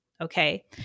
okay